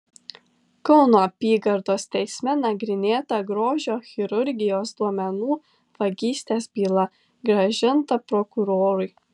kauno apygardos teisme nagrinėta grožio chirurgijos duomenų vagystės byla grąžinta prokurorui